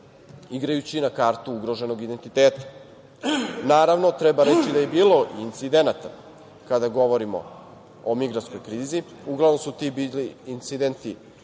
igrajući na kartu ugroženog identiteta. Naravno, treba reći da je bilo incidenata, kada govorimo o migrantskoj krizi. Uglavnom su ti incidenti